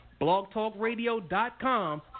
blogtalkradio.com